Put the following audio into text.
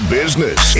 business